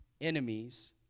enemies